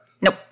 Nope